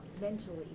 mentally